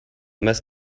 must